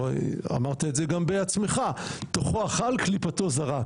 אמרת את זה גם בעצמך, תוכו אכל, קליפתו זרק.